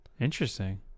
Interesting